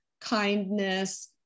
kindness